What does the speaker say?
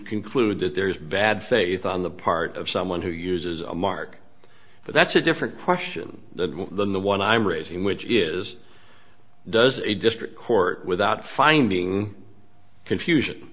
conclude that there is bad faith on the part of someone who uses a mark but that's a different question than the one i'm raising which is does a district court without finding confusion